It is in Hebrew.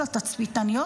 של תצפיתניות,